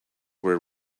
were